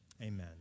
Amen